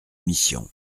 missions